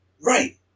Right